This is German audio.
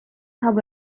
habe